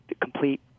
complete